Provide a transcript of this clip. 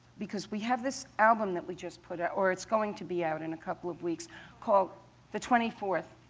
because we have this album that we just put out or it's going to be out in a couple of weeks called the twenty fourth